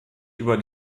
über